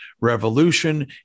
revolution